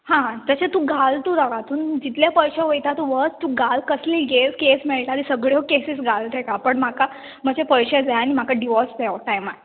आं तशें तूं घाल तूं हातून जितले पयशे वता ते वच तूं घाल कसली जेल केस मेळटा ती सगळ्यो केसीस घाल ताका पूण म्हाका म्हजे पयशे जाय आनी म्हाका डिवोर्स जायो टायमार